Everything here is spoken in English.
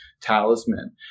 talisman